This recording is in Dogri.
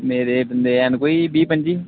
मेरे बन्दे हैन कोई बीह् पंजी